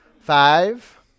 Five